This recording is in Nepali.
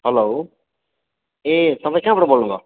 हेलो ए तपाईँ कहाँबाट बोल्नुभयो